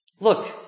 look